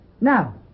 Now